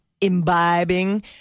imbibing